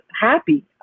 happy